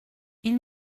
ils